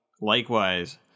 Likewise